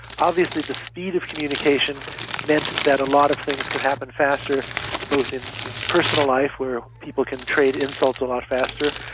obviously the speed of communication meant that a lot of things could happen faster both in in personal life where people can trade insults a lot faster,